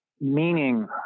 meaning